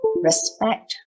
respect